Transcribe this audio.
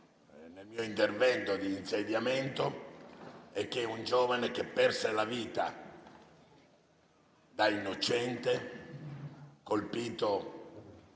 nel mio intervento di insediamento: un giovane che perse la vita, da innocente, colpito